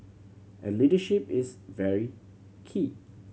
and leadership is very key